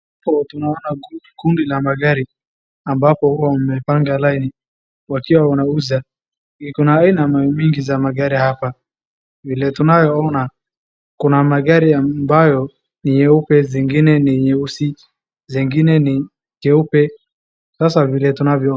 Hapo tunaona kundi la magari ambapo wamepanga line wakiwa wanauza, kuna aina mingi za magari hapa, vile tunayoona kuna magari ambayo ni nyeupe, zingine ni nyeusi, zingine ni jeupe sasa tunavyoona.